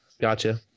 Gotcha